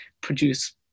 produce